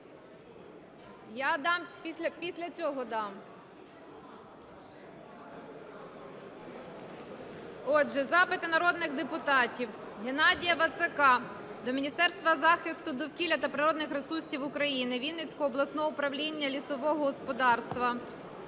Я після цього дам. Отже, запити народних депутатів. Геннадія Вацака до Міністерства захисту довкілля та природних ресурсів України, Вінницького обласного управління лісового та